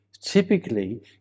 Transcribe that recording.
typically